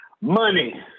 Money